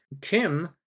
Tim